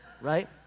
right